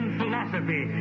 philosophy